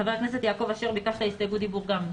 חבר הכנסת יעקב אשר, ביקשת הסתייגות דיבור גם.